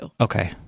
Okay